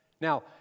Now